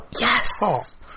Yes